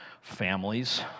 families